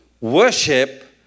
Worship